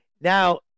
now